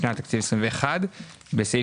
לצערנו עוד לא הוצאנו הזמנות של היערכות לחורף הקרוב